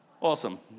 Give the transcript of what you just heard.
Awesome